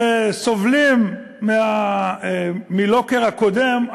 שסובלים מהלוקר הקודם,